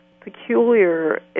Peculiar